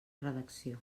redacció